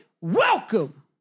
Welcome